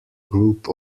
group